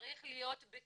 צרך להיות בטוחים